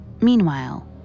Meanwhile